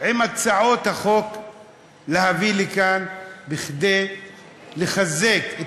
להביא לכאן הצעות חוק כדי לחזק את